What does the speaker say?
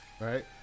right